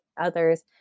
others